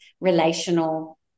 relational